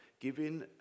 giving